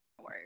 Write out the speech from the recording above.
word